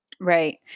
Right